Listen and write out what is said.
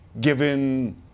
given